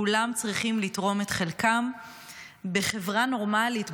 כולם צריכים לתרום את חלקם בחברה נורמלית,